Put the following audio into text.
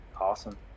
awesome